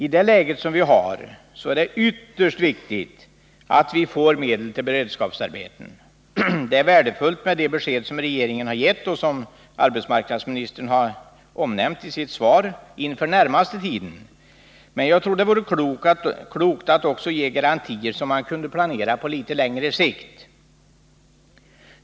I det läge som råder är det ytterst viktigt att vi får medel till beredskapsarbeten. Det är värdefullt med det besked som regeringen har givit inför den närmaste tiden och som arbetsministern har omnämnt i sitt svar, men jag tror att det vore klokt att också ge garantier så att man kunde planera på litet längre sikt.